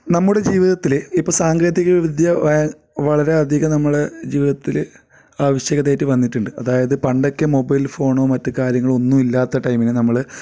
നമ്മുടെ ജീവിതത്തിൽ ഇപ്പോൾ സാങ്കേതിക വിദ്യ വയ് വളരെ അധികം നമ്മളുടെ ജീവിതത്തിൽ ആവശ്യകതയായിട്ട് വന്നിട്ടുണ്ട് അതായത് പണ്ടൊക്കെ മൊബൈൽ ഫോണോ മറ്റു കാര്യങ്ങളോ ഒന്നും ഇല്ലാത്ത ടൈമിനു നമ്മൾ